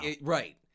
Right